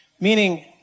Meaning